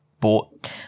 bought